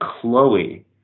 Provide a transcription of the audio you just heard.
Chloe